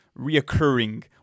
reoccurring